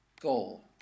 Goal